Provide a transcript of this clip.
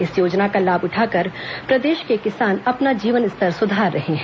इस योजना का लाभ उठाकर प्रदेश के किसान अपना जीवन स्तर सुधार रहे हैं